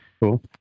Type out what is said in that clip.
Cool